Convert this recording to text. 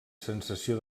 sensació